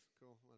Cool